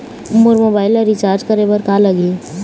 मोर mobile ला recharge करे बर का लगही?